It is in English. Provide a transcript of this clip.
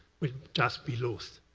will just be loose.